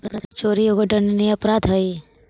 कर चोरी एगो दंडनीय अपराध हई